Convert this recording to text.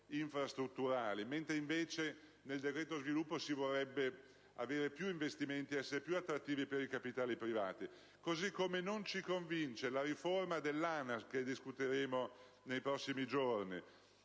invece, nel decreto sviluppo si vorrebbero avere più investimenti, essere più attrattivi per i capitali privati. Analogamente, non ci convince la riforma dell'ANAS, che discuteremo nei prossimi giorni.